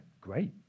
great